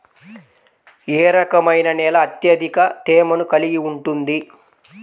ఏ రకమైన నేల అత్యధిక తేమను కలిగి ఉంటుంది?